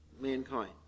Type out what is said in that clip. mankind